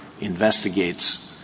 investigates